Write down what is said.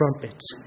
trumpets